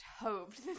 hoped